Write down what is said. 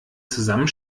zusammen